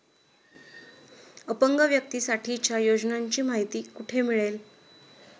अपंग व्यक्तीसाठीच्या योजनांची माहिती कुठे मिळेल?